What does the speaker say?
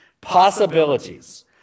Possibilities